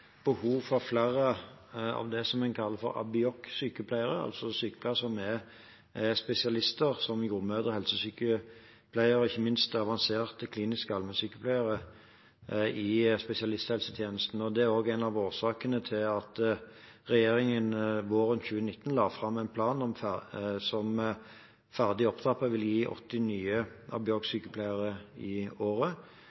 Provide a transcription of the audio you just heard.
behov for flere av det en kaller ABIOK-sykepleiere, altså sykepleiere som er spesialister, som jordmødre, helsesykepleiere og ikke minst avanserte kliniske allmennsykepleiere i spesialisthelsetjenesten. Det er også en av årsakene til at regjeringen våren 2019 la fram en plan som ferdig opptrappet vil gi 80 nye